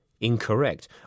incorrect